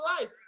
life